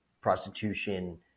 prostitution